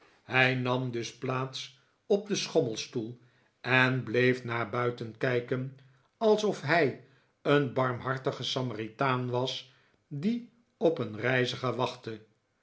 hij nam dus plaats op den schommelstoel en bleef naar buiten kijken alsof hij een barmhartige samaritaan was die op een reiziger wachtte